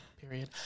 Period